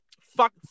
Fuck